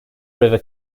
river